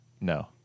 No